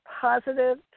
positive